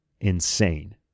insane